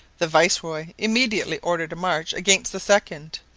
the viceroy immediately ordered a march against the second,